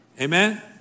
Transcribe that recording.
Amen